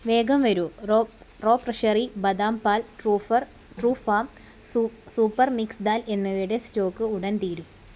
വേഗം വരൂ raw raw Pressery ബദാം പാൽ ട്രൂഫർ ട്രൂഫാം സൂപ്പർ മിക്സ് ദാൽ എന്നിവയുടെ സ്റ്റോക്ക് ഉടൻ തീരും